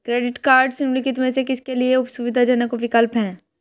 Credit cards निम्नलिखित में से किसके लिए सुविधाजनक विकल्प हैं?